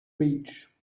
beach